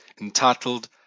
entitled